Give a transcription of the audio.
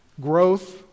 growth